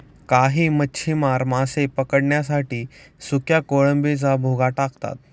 काही मच्छीमार मासे पकडण्यासाठी सुक्या कोळंबीचा भुगा टाकतात